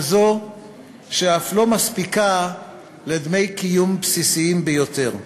כזו שאף לא מספיקה לדמי קיום בסיסיים ביותר.